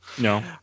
No